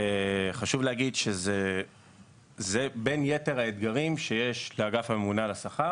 חשוב להגיד שזה בין יתר האתגרים שיש לאגף הממונה על השכר